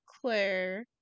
Claire